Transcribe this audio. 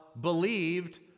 believed